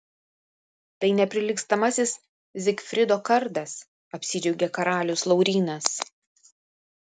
tai neprilygstamasis zigfrido kardas apsidžiaugė karalius laurynas